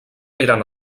eren